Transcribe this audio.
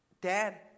Dad